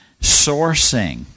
sourcing